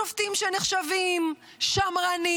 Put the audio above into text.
שופטים שנחשבים שמרנים.